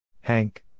Hank